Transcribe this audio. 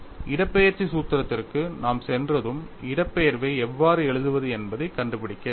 இடப்பெயர்ச்சி சூத்திரத்திற்கு நாம் சென்றதும் இடப்பெயர்வை எவ்வாறு எழுதுவது என்பதைக் கண்டுபிடிக்க வேண்டும்